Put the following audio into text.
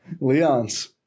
Leon's